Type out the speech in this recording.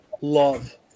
Love